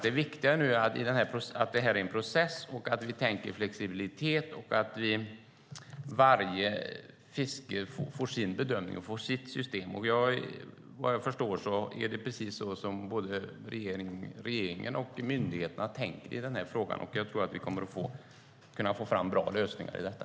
Det är viktigt att det här är en process, att vi tänker flexibelt och att varje fiske får sin bedömning och sitt system. Vad jag förstår är det precis så som både regeringen och myndigheterna tänker i den här frågan. Jag tror att vi kommer att kunna få fram bra lösningar på detta.